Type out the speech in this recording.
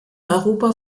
europa